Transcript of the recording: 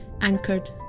anchored